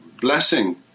blessing